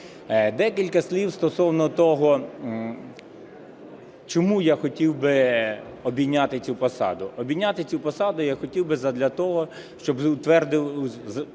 Декілька слів стосовно того, чому я хотів би обійняти цю посаду. Обійняти цю посаду я хотів би задля того, щоб утверджувати